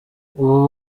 ubu